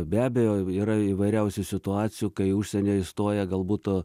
be abejo yra įvairiausių situacijų kai užsienyje įstoja galbūt